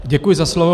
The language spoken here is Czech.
Děkuji za slovo.